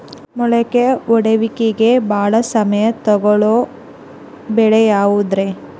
ಮೊಳಕೆ ಒಡೆಯುವಿಕೆಗೆ ಭಾಳ ಸಮಯ ತೊಗೊಳ್ಳೋ ಬೆಳೆ ಯಾವುದ್ರೇ?